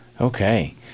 Okay